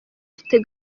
afite